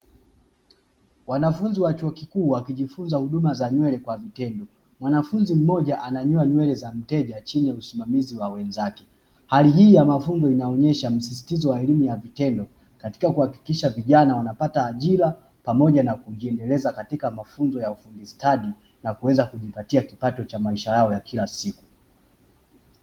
Wanafunzi wa chuo kikuu wakijifunza huduma za nywele kwa vitendo, mwanafunzi mmoja ananyoa nywele za mteja chini ya usimamizi wa wenzake. Hali hii ya mafunzo inaonyesha msisitizo wa elimu ya vitendo katika kuhakikisha vijana wanapata ajira pamoja na kujiendeleza katika mafunzo ya ufundi stadi na kuweza kujipatia kipato cha maisha yao ya kila siku.